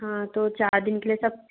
हाँ तो चार दिन के लिए सब